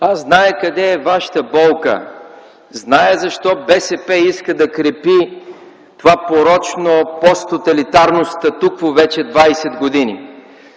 Аз зная къде е вашата болка. Зная защо БСП иска да крепи това порочно посттоталитарно статукво вече 20 години.